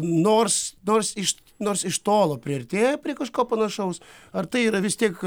nors nors iš nors iš tolo priartėja prie kažko panašaus ar tai yra vis tiek